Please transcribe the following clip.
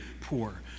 poor